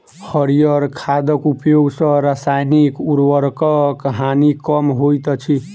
हरीयर खादक उपयोग सॅ रासायनिक उर्वरकक हानि कम होइत अछि